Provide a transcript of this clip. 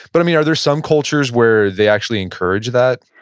but i mean are there some cultures where they actually encourage that?